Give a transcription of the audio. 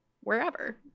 wherever